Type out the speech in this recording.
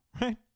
right